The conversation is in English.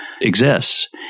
Exists